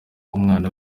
umwana